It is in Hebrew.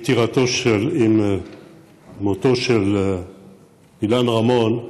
עם מותו של אילן רמון,